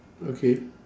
okay